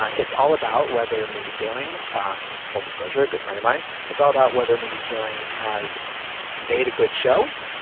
ah it's all about whether mindy kaling um full disclosure, a good friend of mine it's all about whether mindy kaling has made a good show,